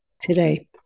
today